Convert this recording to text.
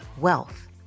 Wealth